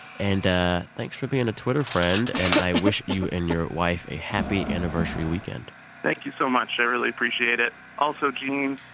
and thanks for being a twitter friend. and i wish you and your wife a happy anniversary weekend thank you so much. i really appreciate it. also, gene,